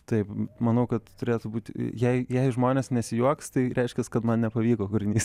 taip manau kad turėtų būti jei jei žmonės nesijuoks tai reiškias kad man nepavyko kūrinys